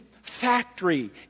factory